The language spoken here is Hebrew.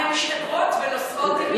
למה הן משתכרות ונוסעות עם מי שאונס אותן.